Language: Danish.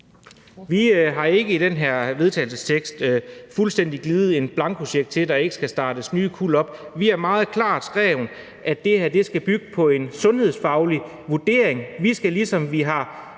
Vi har ikke i det her forslag til vedtagelse fuldstændig givet en blankocheck til, at der ikke skal startes nye kuld op. Vi har meget klart skrevet, at det her skal bygge på en sundhedsfaglig vurdering. Vi skal ligesom i forhold